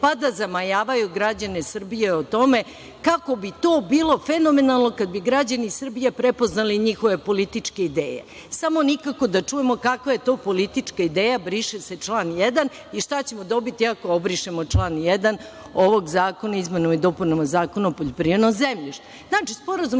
pa da zamajavaju građane Srbije o tome kako bi to bilo fenomenalno kada bi građani Srbije prepoznali njihove političke ideje, samo nikako da čujemo kakva je to politička ideja „briše se član 1.“ i šta ćemo dobiti ako obrišemo član 1. ovog zakona o izmenama i dopunama Zakona o poljoprivrednom zemljištu. Znači, Sporazum